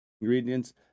ingredients